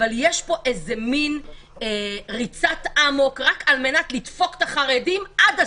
אבל יש פה ריצת אמוק רק על מנת לדפוק את החרדים עד הסוף.